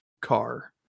car